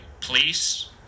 Police